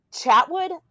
Chatwood